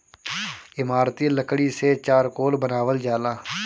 इमारती लकड़ी से चारकोल बनावल जाला